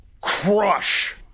crush